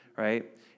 right